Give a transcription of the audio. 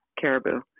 caribou